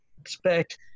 expect